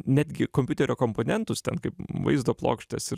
netgi kompiuterio komponentus ten kaip vaizdo plokštes ir